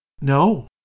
No